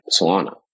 Solana